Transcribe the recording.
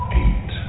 eight